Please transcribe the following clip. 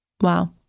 wow